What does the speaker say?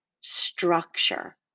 structure